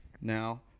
now